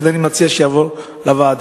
לכן אני מציע שההצעה תועבר לוועדה.